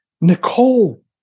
Nicole